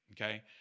Okay